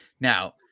Now